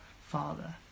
father